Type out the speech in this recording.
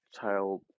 child